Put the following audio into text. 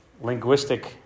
linguistic